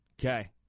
Okay